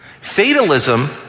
Fatalism